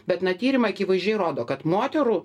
bet na tyrimai akivaizdžiai rodo kad moterų